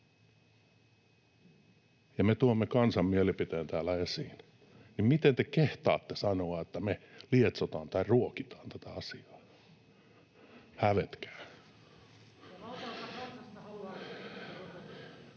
kun me tuomme kansan mielipiteen täällä esiin, niin miten te kehtaatte sanoa, että me lietsotaan tai ruokitaan tätä asiaa? Hävetkää.